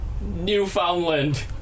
Newfoundland